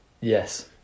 yes